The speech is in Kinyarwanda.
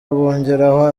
bongeraho